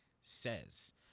says